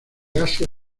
asia